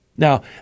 Now